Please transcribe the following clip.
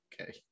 Okay